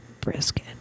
brisket